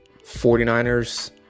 49ers